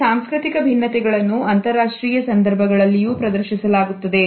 ಈ ಸಾಂಸ್ಕೃತಿಕ ಭಿನ್ನತೆಗಳನ್ನು ಅಂತರಾಷ್ಟ್ರೀಯ ಸಂದರ್ಭಗಳಲ್ಲಿಯೂ ಪ್ರದರ್ಶಿಸಲಾಗುತ್ತದೆ